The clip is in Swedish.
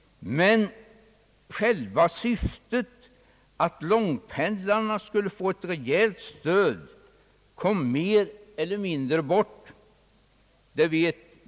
Men själva syftet, att långpendlarna skulle få ett rejält stöd, kom mer eller mindre bort.